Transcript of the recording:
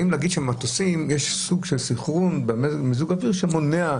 במטוסים יש סוג של סנכרון במיזוג האוויר שמונע הדבקה,